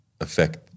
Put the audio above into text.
affect